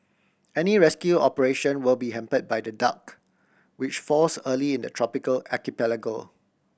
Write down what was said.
any rescue operation will be hamper by the dark which falls early in the tropical archipelago